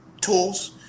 tools